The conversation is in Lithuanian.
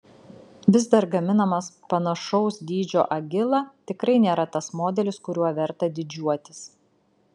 vis dar gaminamas panašaus dydžio agila tikrai nėra tas modelis kuriuo verta didžiuotis